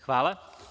Hvala.